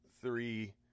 three